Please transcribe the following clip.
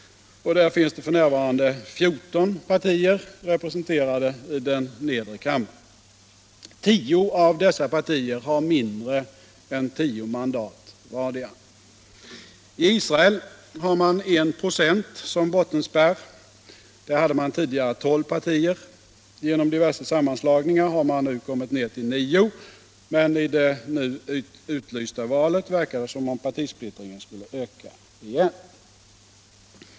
Där finns f. n. 14 partier representerade i den nedre kammaren. Tio av dessa partier har mindre än tio mandat vardera. I Israel har man 1 96 som bottenspärr. Där hade man tidigare tolv partier; genom diverse sammanslagningar har man kommit ner till nio. Men i det nu utlysta valet verkar det som om partisplittringen skulle öka igen.